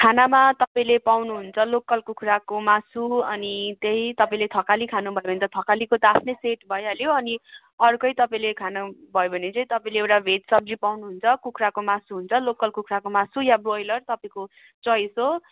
खानामा तपाईँले पाउनु हुन्छ लोकल कुखुराको मासु अनि त्यही तपाईँले थकाली खानु भयो भने त थकालीको त आफ्नै सेट भइहाल्यो अनि अर्कै तपाईँले खानु भयो तपाईँले एउटा भेज सब्जी पाउनु हुन्छ कुखुराको मासु हुन्छ लोकल कुखुराको मासु या ब्रोइलर तपाईँको चोइज हो